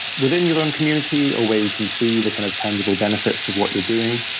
within your own community, or where you can see the kind of tangible benefits of what you're doing.